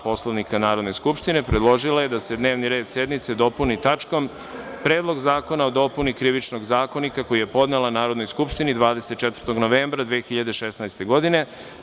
Poslovnika Narodne skupštine, predložila je da se dnevni red sednice dopuni tačkom – Predlog zakona o dopuni Krivičnog zakonika, koji je podnela Narodnoj skupštini 24. novembra 2016. godine.